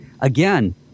again